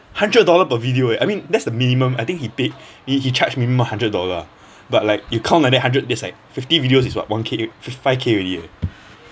hundred dollar per video eh I mean that's the minimum I think he paid he he charge minimum hundred dollar ah but like you count like that hundred that's like fifty videos is what one k five k already eh